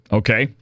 okay